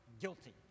guilty